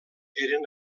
eren